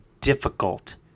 difficult